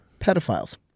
Pedophiles